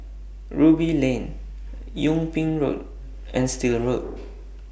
Ruby Lane Yung Ping Road and Still Road